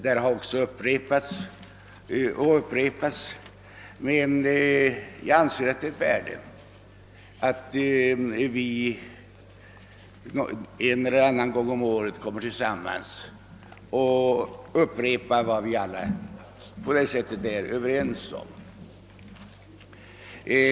Detta har också upprepats och upprepats, men jag anser att det är värdefullt, att vi en eller annan gång om året kommer tillsammans och också härvidlag upprepar vad vi alla på det sättet är överens om.